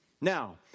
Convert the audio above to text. Now